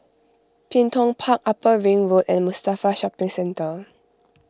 Bin Tong Park Upper Ring Road and Mustafa Shopping Centre